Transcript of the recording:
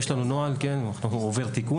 יש לנו נוהל, הוא עובר תיקון